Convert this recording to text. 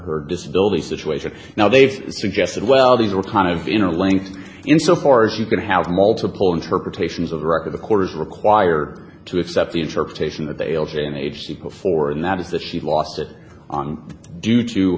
her disability situation now they've suggested well these were kind of interlinked in so far as you can have multiple interpretations of the record the court is required to accept the interpretation that they all share in the age before and that is that she lost it on due to